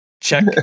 check